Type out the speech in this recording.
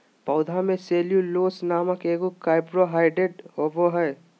पौधा में सेल्यूलोस नामक एगो कार्बोहाइड्रेट होबो हइ